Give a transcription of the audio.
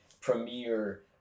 premier